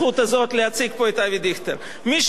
מישהו אחר היה גוזל ממך את הזכות הזאת,